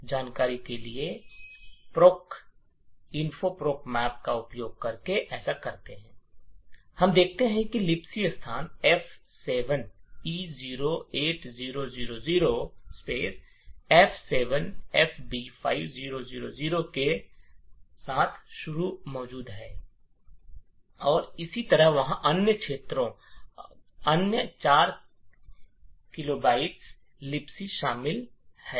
तो हम आदेश gdb जानकारी proc नक्शे का उपयोग करके ऐसा करते है और हम देखते है कि लिबसी स्थान F7E08000 F7FB5000 से शुरू मौजूद है और इसी तरह वहां अन्य क्षेत्रों अन्य 4 KB लिबसी शामिल पृष्ठों रहे हैं